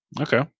Okay